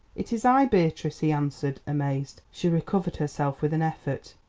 it is i, beatrice! he answered, amazed. she recovered herself with an effort.